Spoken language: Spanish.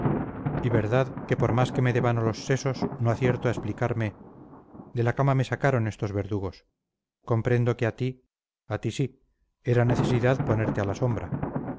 y verdad que por más que me devano los sesos no acierto a explicarme de la cama me sacaron estos verdugos comprendo que a ti a ti sí era necesidad ponerte a la sombra